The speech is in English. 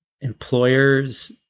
employers